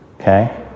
okay